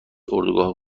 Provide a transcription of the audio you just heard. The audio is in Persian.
اردوگاه